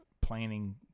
planning